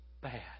bad